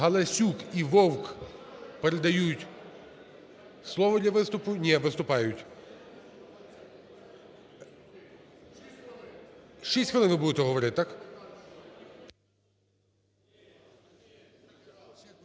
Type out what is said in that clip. і Вовк передають слово для виступу? Ні, виступають. 6 хвилин ви будете говорити, так?